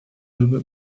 lümmel